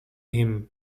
him